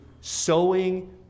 Sowing